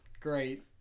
Great